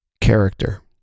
character